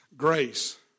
grace